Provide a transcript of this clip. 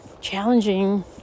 challenging